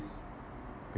s~